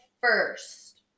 first